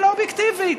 אלא אובייקטיבית.